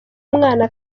mwana